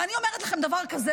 ואני אומרת לכם דבר כזה,